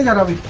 of a